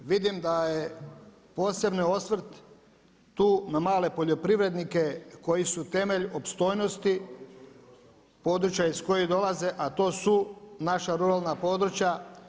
Vidim da je posebni osvrt tu na male poljoprivrednike koji su temelj opstojnosti područja iz kojih dolaze a to su naša ruralna područja.